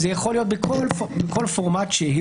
זה יכול להיות בכל פורמט שהוא